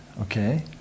okay